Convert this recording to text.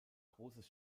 großes